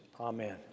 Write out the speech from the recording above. amen